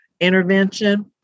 intervention